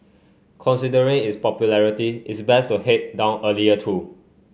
considering its popularity it's best to head down earlier too